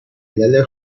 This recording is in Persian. علل